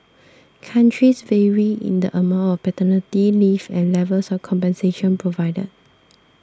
countries vary in the amount of paternity leave and levels of compensation provided